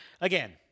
Again